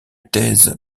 thèse